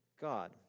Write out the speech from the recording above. God